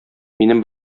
минем